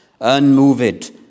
unmoved